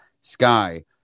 Sky